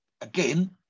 Again